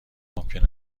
ممکن